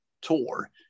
tour